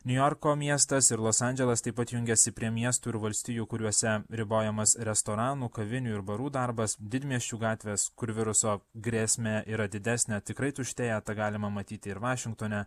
niujorko miestas ir los andželas taip pat jungiasi prie miestų ir valstijų kuriuose ribojamas restoranų kavinių ir barų darbas didmiesčių gatvės kur viruso grėsmė yra didesnė tikrai tuštėja tą galima matyti ir vašingtone